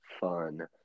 fun